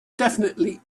definitively